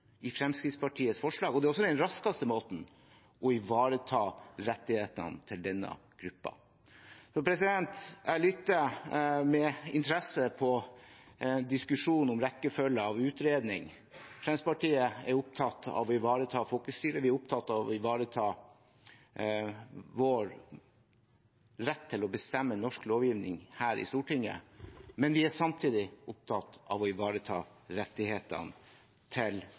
i Fremskrittspartiets forslag, og det er også den raskeste måten å ivareta rettighetene til denne gruppen på. Jeg lytter med interesse på diskusjonen om rekkefølge og utredning. Fremskrittspartiet er opptatt av å ivareta folkestyret, vi er opptatt av å ivareta vår rett til å bestemme norsk lovgivning her i Stortinget, men vi er samtidig opptatt av å ivareta rettighetene til